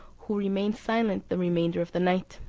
who remained silent the remainder of the night.